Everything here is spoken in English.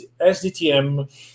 SDTM